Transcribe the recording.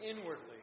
inwardly